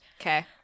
Okay